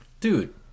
Dude